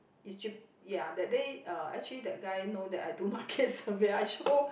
it's cheap ya that day uh actually that guy know that I do market survey I show